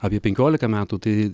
apie penkiolika metų tai